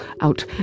out